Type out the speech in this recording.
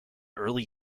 early